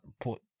put